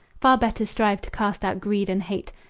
far better strive to cast out greed and hate.